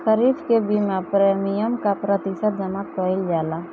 खरीफ के बीमा प्रमिएम क प्रतिशत जमा कयील जाला?